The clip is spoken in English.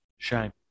Shame